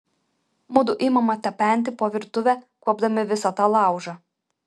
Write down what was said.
mudu imame tapenti po virtuvę kuopdami visą tą laužą